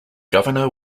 governor